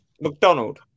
McDonald